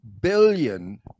billion